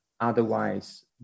otherwise